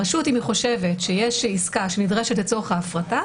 הרשות אם היא חושבת שיש עסקה שנדרשת לצורך ההפרטה,